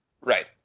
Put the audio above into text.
Right